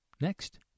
Next